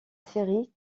série